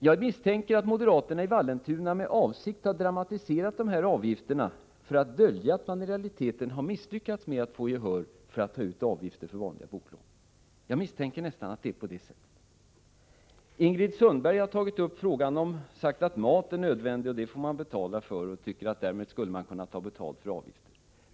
Jag misstänker nästan att moderaterna i Vallentuna med avsikt har dramatiserat de här avgifterna för att dölja att de i realiteten har misslyckats med att få gehör för tanken att ta ut avgifter för vanliga boklån. Ingrid Sundberg har tagit upp frågan och sagt att mat är nödvändig, men den får man betala för. Hon menar att därmed skulle man kunna ta betalt även för boklån.